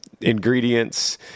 ingredients